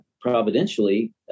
providentially